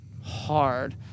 hard